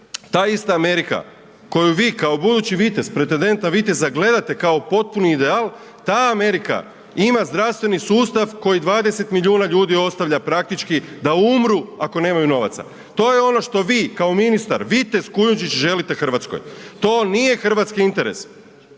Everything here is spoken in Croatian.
ta ista Amerika koju vi kao budući vitez, pretedent na viteza gledate kao potpuni ideal, ta Amerika ima zdravstveni sustav koji 20 milijuna ljudi ostavlja praktički da umru ako nemaju novaca, to je ono što vi kao ministar, vitez Kujundžić želite Hrvatskoj. To nije hrvatski interes,